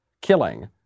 killing